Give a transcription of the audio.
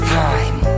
time